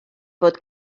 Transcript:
fod